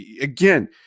again